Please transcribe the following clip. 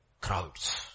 crowds